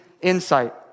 insight